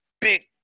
Big